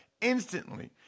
instantly